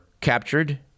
captured